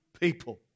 people